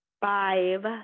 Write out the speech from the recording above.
five